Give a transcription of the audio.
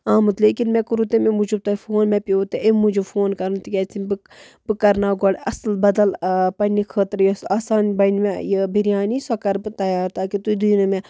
آمُت لیکِن مےٚ کوٚرُو تَمے موٗجوٗب تۄہہِ فون مےٚ پیوٚوُ تۄہہِ اَمۍ موٗجوٗب فون کَرُن تِکیٛازِ تِم بہٕ بہٕ کَرناو گۄڈٕ اَصٕل بَدَل پنٛنہِ خٲطرٕ یۄس آسان بَنہِ مےٚ یہِ بِریانی سۄ کَرٕ بہٕ تیار تاکہِ تُہۍ دِیِو نہٕ مےٚ